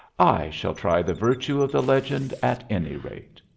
i shall try the virtue of the legend, at any rate.